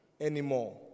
anymore